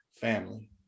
family